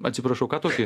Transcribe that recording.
atsiprašau ką tokį